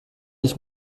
ich